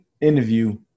interview